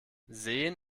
sehen